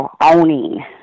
owning